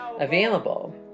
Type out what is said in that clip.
available